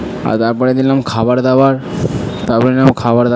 আর তারপরে কিনলাম খাবার দাবার তারপরে নিলাম খাবার দাবার